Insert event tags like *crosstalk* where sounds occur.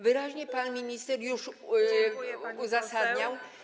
Wyraźnie pan minister już *noise* uzasadniał.